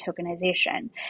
tokenization